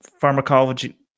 pharmacology